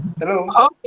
hello